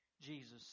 Jesus